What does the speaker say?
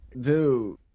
dude